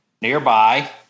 nearby